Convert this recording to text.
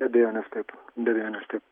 be abejonės taip be abejonės taip